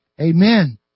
Amen